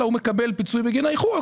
אלא הוא מקבל פיצוי בגין האיחור,